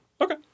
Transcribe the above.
Okay